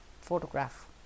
photograph